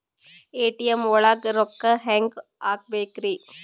ATM ಒಳಗ್ ರೊಕ್ಕ ಹೆಂಗ್ ಹ್ಹಾಕ್ಬೇಕ್ರಿ?